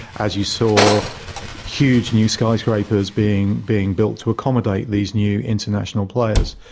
as you saw huge new skyscrapers being being built to accommodate these new international players.